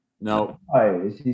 No